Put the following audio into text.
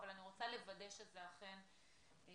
אבל אני רוצה לוודא שזה אכן כך.